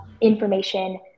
information